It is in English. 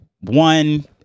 one